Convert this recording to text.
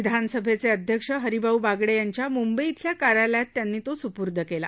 विधानसभेचे अध्यक्ष हरिभाऊ बागडे यांच्या मुंबई बेल्या कार्यालयात त्यांनी तो सुपूई केला